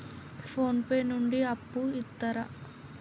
Phone pay నుండి అప్పు ఇత్తరా?